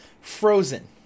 frozen